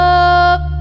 up